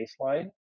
baseline